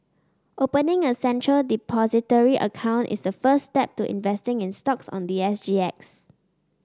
opening a Central Depository account is the first step to investing in stocks on the S G X